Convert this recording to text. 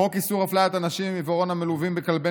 חוק איסור הפליית אנשים עם עיוורון המלווים בכלבי